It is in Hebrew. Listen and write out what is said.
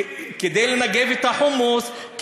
חומוס זה אחד הדברים הכי בריאים.